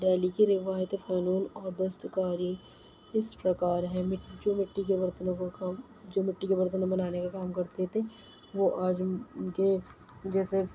دہلی کے روایتی فنون اور دستکاری اس پرکار ہیں مٹ جو مٹی کے برتنوں کا کام جو مٹی کے برتنوں بنانے کا کام کرتے تھے وہ آج ان ان کے جیسے